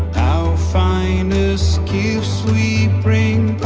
our finest gifts we bring